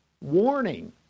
warning